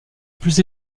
plus